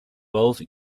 both